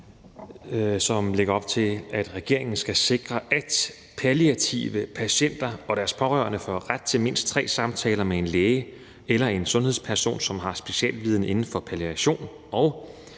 som lægger op til, at regeringen skal sikre, at palliative patienter og deres pårørende får ret til mindst tre samtaler med en læge eller en sundhedsperson, som har specialviden inden for palliation, og